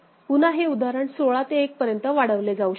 पुन्हा हे उदाहरण 16 ते 1 पर्यंत वाढवले जाऊ शकते